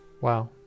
Wow